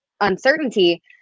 uncertainty